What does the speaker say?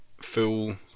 full